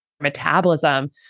metabolism